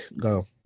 go